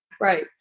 right